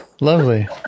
Lovely